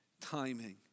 timing